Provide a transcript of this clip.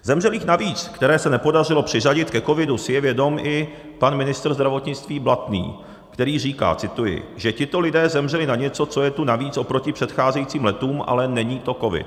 Zemřelých navíc, které se nepodařilo přiřadit ke covidu, si je vědom i pan ministr zdravotnictví Blatný, který říká, cituji, že tito lidé zemřeli na něco, co je tu navíc oproti předcházejícím letům, ale není to covid.